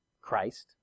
Christ